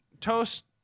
Toast